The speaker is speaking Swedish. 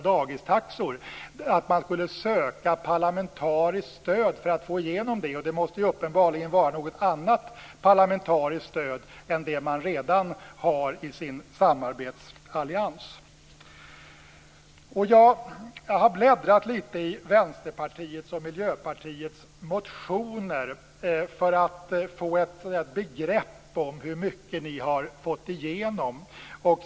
Det står att man skall söka parlamentariskt stöd för att få igenom sådana, och det måste uppenbarligen vara fråga om något annat parlamentariskt stöd än det som man redan har i sin samarbetsallians. Jag har bläddrat litet i Vänsterpartiets och i Miljöpartiets motioner för att få ett begrepp om hur mycket de har fått igenom.